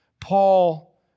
Paul